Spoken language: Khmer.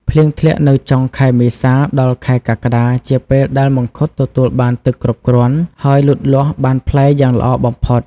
ភ្លៀងធ្លាក់នៅចុងខែមេសាដល់ខែកក្កដាជាពេលដែលមង្ឃុតទទួលបានទឹកគ្រប់គ្រាន់ ហើយលូតលាស់ផ្លែបានយ៉ាងល្អបំផុត។